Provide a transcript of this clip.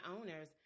owners